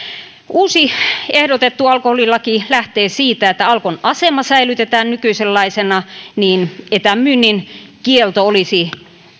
uusi ehdotettu alkoholilaki lähtee siitä että alkon asema säilytetään nykyisenlaisena niin etämyynnin kielto olisi